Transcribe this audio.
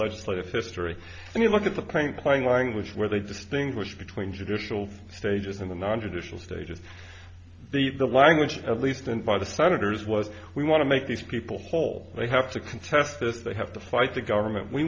legislative history and you look at the plain plain language where they distinguish between judicial stages in the nontraditional stages the the language at least and by the senators was we want to make these people whole they have to contest this they have to fight the government we